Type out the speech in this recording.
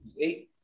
eight